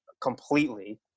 completely